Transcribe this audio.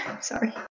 Sorry